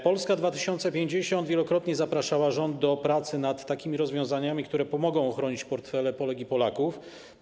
Polska 2050 wielokrotnie zapraszała rząd do pracy nad takimi rozwiązaniami, które pomogą ochronić portfele Polek i Polaków.